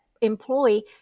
employee